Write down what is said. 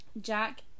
Jack